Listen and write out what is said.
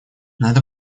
надо